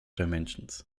dimensions